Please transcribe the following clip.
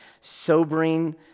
sobering